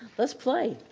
let's play.